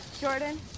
Jordan